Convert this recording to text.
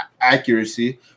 accuracy